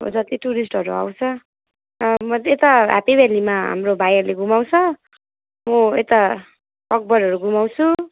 जति टुरिस्टहरू आउँछ म त यता ह्यापी भ्यालीमा हाम्रो भाइहरूले घुमाउँछ म यता अकबरहरू घुमाउँछु